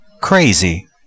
Crazy